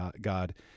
God